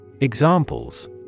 Examples